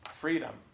freedom